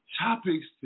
topics